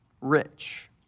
rich